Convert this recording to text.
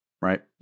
right